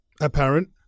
apparent